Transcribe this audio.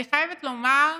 אני חייבת לומר,